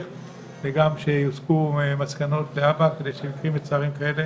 וגם שיוסקו מסקנות להבא כדי שמקרים מצערים כאלה